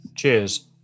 Cheers